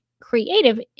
creative